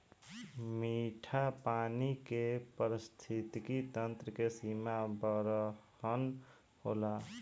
मीठा पानी के पारिस्थितिकी तंत्र के सीमा बरहन होला